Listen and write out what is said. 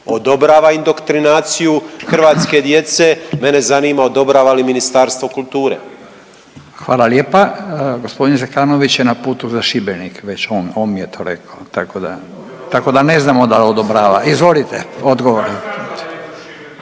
odobrava indoktrinaciju hrvatske djece. Mene zanima odobrava li Ministarstvo kulture? **Radin, Furio (Nezavisni)** Gospodin Zekanović je na put za Šibenik već on, on mi je to rekao, tako da, tako da ne znamo da li odobrava. Izvolite, odgovor.